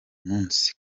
munsi